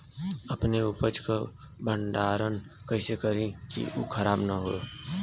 अपने उपज क भंडारन कइसे करीं कि उ खराब न हो?